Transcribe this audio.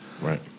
Right